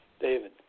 David